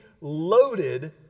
loaded